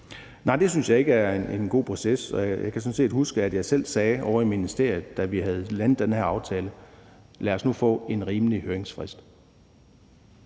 Nej, det synes jeg ikke er en god proces. Og jeg kan sådan set huske, at jeg selv sagde ovre i ministeriet, da vi havde landet den her aftale: Lad os nu få en rimelig høringsfrist.